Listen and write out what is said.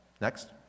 Next